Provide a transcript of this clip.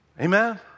Amen